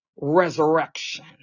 resurrection